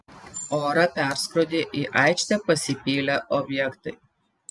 orą perskrodė į aikštę pasipylę objektai